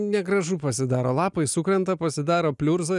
negražu pasidaro lapai sukrenta pasidaro pliurza